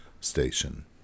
station